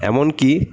এমনকি